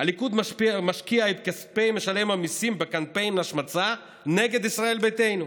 הליכוד משקיע את כספי משלם המיסים בקמפיין השמצה נגד ישראל ביתנו.